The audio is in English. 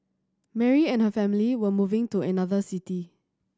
Mary and her family were moving to another city